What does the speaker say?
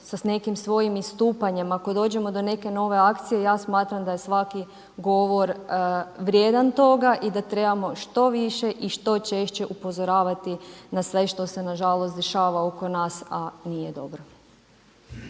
sa nekim svojim istupanjem, ako dođemo do neke nove akcije, ja smatram da je svaki govor vrijedan toga i da trebamo što više i što češće upozoravati na sve što se nažalost dešava oko nas, a nije dobro.